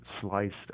sliced